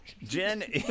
Jen